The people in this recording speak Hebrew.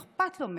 שאכפת לו מהם.